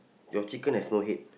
your chicken has no head